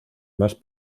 más